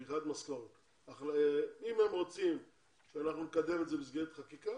אם הם רוצים שאנחנו נקדם את זה במסגרת חקיקה,